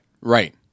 right